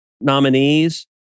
nominees